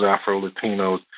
Afro-Latinos